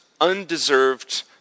undeserved